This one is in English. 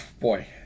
boy